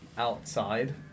Outside